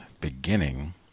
beginning